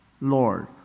Lord